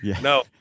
No